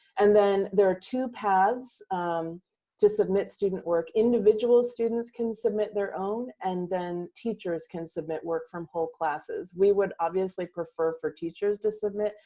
and then there are two paths to submit student work. individual students can submit their own, and then teachers can submit work from whole classes. we would obviously prefer for teachers to submit,